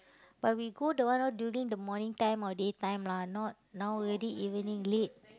but we go the one during the morning time or day time lah not now already evening late